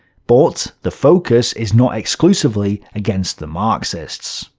but the focus is not exclusively against the marxists.